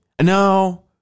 no